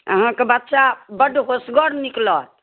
अहाँके बच्चा बड्ड होशगर निकलत